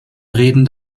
reden